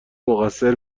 مقصر